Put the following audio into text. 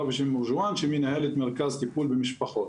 בשם רג'ואן שהיא מנהלת מרכז טיפול במשפחות.